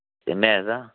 ते मैथ दा